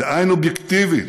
בעין אובייקטיבית,